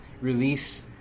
release